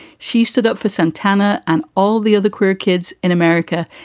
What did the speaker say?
she stood up for santana and all the other queer kids in america.